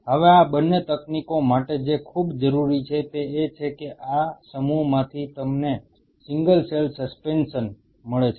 હવે આ બંને તકનીકો માટે જે ખૂબ જરૂરી છે તે એ છે કે આ સમૂહમાંથી તમને સિંગલ સેલ સસ્પેન્શન મળે છે